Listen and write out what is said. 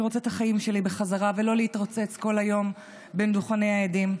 אני רוצה את החיים שלי בחזרה ולא להתרוצץ כל היום בין דוכני העדים.